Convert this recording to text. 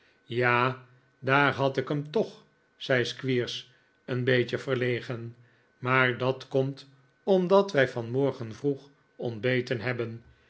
ja daar had ik hem toch zei servicers een beetje verlegen maar dat komt omdat wij vanmorgen vroeg ontbeten hebben